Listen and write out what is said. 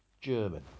German